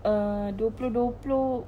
err dua puluh dua puluh